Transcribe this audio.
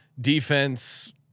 defense